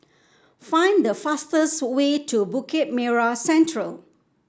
find the fastest way to Bukit Merah Central